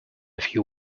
few